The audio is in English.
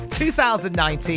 2019